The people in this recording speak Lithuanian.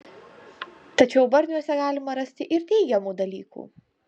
tačiau barniuose galima rasti ir teigiamų dalykų